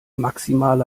maximale